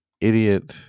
idiot